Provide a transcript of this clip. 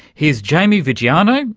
here's jamie viggiano,